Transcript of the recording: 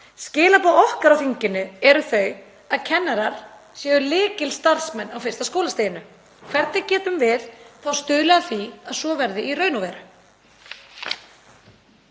Skilaboð okkar á þinginu eru þau að kennarar séu lykilstarfsmenn á fyrsta skólastiginu. Hvernig getum við stuðlað að því að svo verði í raun og veru?